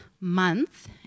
month